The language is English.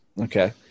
Okay